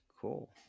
cool